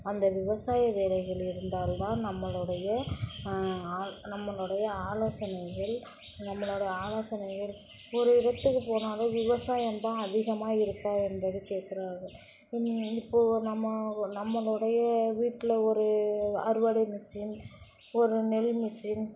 அந்த விவசாய வேலைகள் இருந்தால் தான் நம்மளுடைய ஆ நம்மளுடைய ஆலோசனைகள் நம்மளோடைய ஆலோசனைகள் ஒரு இடத்துக்கு போனாவே விவசாயம் தான் அதிகமாக இருக்கா என்பது கேட்குறார்கள் இப்போ நம்ம நம்மளுடைய வீட்டில் ஒரு அறுவடை மிஷின் ஒரு நெல் மிஷின்